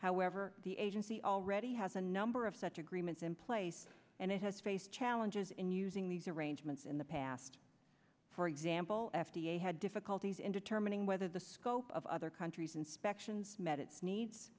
however the agency already has a number of such agreements in place and it has faced challenges in using these arrangements in the past for example f d a had difficulties in determining whether the scope of other countries inspections met its needs